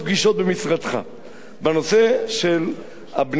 בנושא של הבנייה במדינת ישראל.